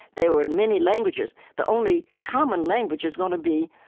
there were many languages. the only common language is going to be.